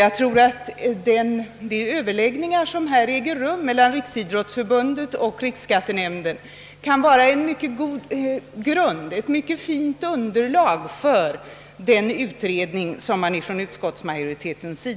Jag tror att de överläggningar som äger rum i denna fråga mellan Riksidrottsförbundet och riksskattenämnden kan vara ett mycket bra underlag för den utredning som utskottsmajoriten begär.